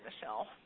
Michelle